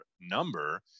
number